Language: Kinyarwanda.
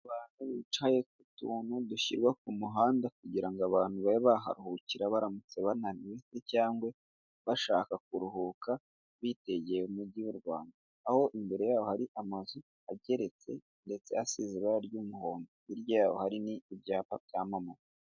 Abantu bicaye ku tuntu dushyirwa ku muhanda kugira ngo abantu babe baharuhukira baramutse, bananiwe se cyangwa bashaka kuruhuka bitegeye umujyi w'u Rwanda, aho imbere yaho hari amazu ageretse ndetse asize ibara ry'umuhondo, hirya yaho hari n'ibyapa byamamaza.